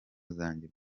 zanjye